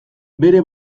bere